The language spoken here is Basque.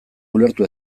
ulertu